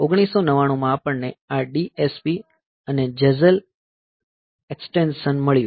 1999 માં આપણને આ DSP અને જેઝેલ એક્સ્ટેન્શન મળ્યું